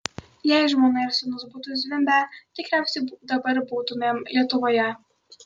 jei žmona ir sūnus būtų zvimbę tikriausiai dabar būtumėm lietuvoje